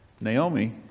Naomi